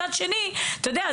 אתה יודע,